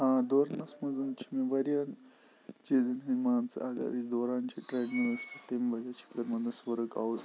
ٲں دورنَس منٛز چھِ مےٚ واریاہن چیٖزَن ہٕنٛدۍ مان ژٕ اَگر أسۍ دوران چِھِ ٹرڈَملَس پؠٹھ تمہِ وَجَہ چھِ مےٚ گژھہِ ؤرٕک اوُٹ